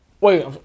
Wait